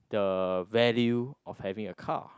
the value of having a car